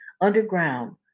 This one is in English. underground